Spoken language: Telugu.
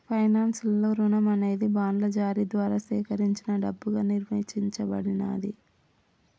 ఫైనాన్స్ లలో రుణం అనేది బాండ్ల జారీ ద్వారా సేకరించిన డబ్బుగా నిర్వచించబడినాది